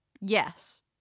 Yes